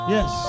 Yes